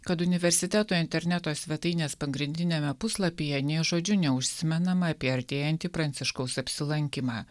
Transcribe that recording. kad universiteto interneto svetainės pagrindiniame puslapyje nė žodžiu neužsimenama apie artėjantį pranciškaus apsilankymą